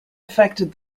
affected